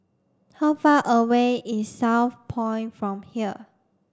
how far away is Southpoint from here